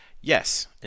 Yes